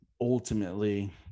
ultimately